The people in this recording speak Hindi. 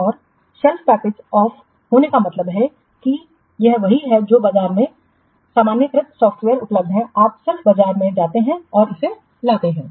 और शेल्फ पैकेज ऑफ होने का मतलब है कि यह वही है जो बाजार में सामान्यीकृत सॉफ्टवेयर उपलब्ध हैं आप सिर्फ बाजार में जाते हैं और इसे लाते हैं